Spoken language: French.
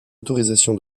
autorisation